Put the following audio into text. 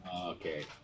Okay